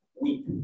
week